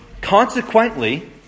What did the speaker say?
Consequently